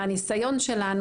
מהניסיון שלנו,